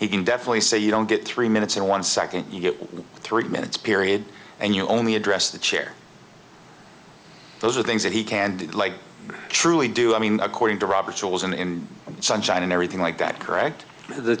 he can definitely say you don't get three minutes and one second you get three minutes period and you only address the chair those are things that he can do like truly do i mean according to robert's rules and sunshine and everything like that correct the